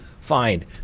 find